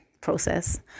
process